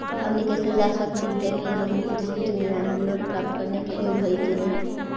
हमनी कैसे जांच सकली हे कि हमनी कृषि ऋण यानी लोन प्राप्त करने के योग्य हई कि नहीं?